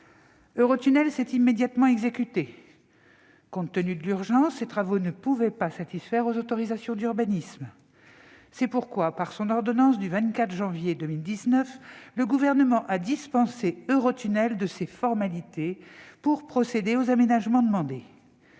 Eurotunnel s'est immédiatement exécuté. Compte tenu de l'urgence, ces travaux ne pouvaient pas satisfaire aux autorisations d'urbanisme. C'est pourquoi, par son ordonnance du 24 janvier 2019, le Gouvernement a dispensé Eurotunnel de ces formalités pour procéder aux aménagements demandés.